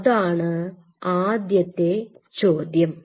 അതാണ് ആദ്യത്തെ ചോദ്യം